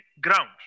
ground